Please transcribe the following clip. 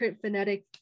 phonetic